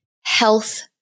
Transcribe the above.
health